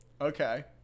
Okay